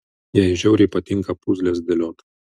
jai žiauriai patinka puzles dėliot